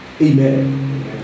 Amen